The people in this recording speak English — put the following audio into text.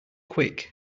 quick